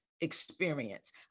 experience